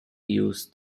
used